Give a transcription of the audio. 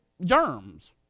germs